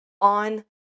on